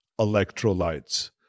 electrolytes